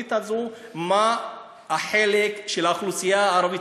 בתוכנית הזאת, מה החלק של האוכלוסייה הערבית?